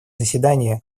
заседание